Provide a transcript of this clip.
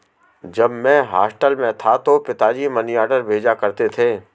जब मैं हॉस्टल में था तो पिताजी मनीऑर्डर भेजा करते थे